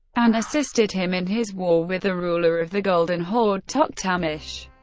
and assisted him in his war with the ruler of the golden horde tokhtamysh.